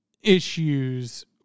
issues